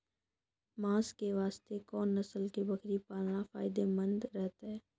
मांस के वास्ते कोंन नस्ल के बकरी पालना फायदे मंद रहतै?